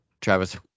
Travis